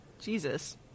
Jesus